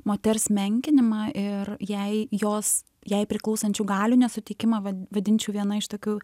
moters menkinimą ir jei jos jai priklausančių galių nesutikimą va vadinčiau viena iš tokių